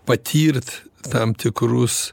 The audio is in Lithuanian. patirt tam tikrus